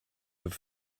have